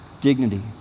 dignity